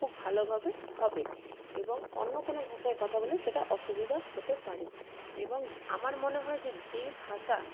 খুব ভালোভাবে হবে এবং অন্য কোনো ভাষায় কথা বললে সেটা অসুবিধা হতে পারে এবং আমার মনে হয় যে যে ভাষা